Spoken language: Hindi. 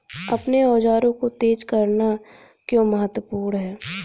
अपने औजारों को तेज करना क्यों महत्वपूर्ण है?